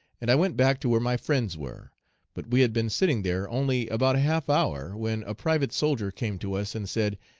and i went back to where my friends were but we had been sitting there only about a half hour, when a private soldier came to us and said,